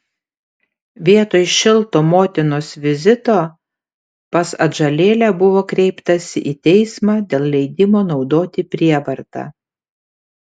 vietoj šilto motinos vizito pas atžalėlę buvo kreiptasi į teismą dėl leidimo naudoti prievartą